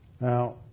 Now